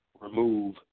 remove